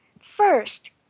First